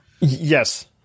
Yes